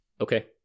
okay